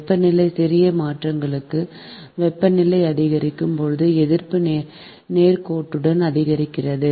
வெப்பநிலையில் சிறிய மாற்றங்களுக்கு வெப்பநிலை அதிகரிக்கும் போது எதிர்ப்பு நேர்கோட்டுடன் அதிகரிக்கிறது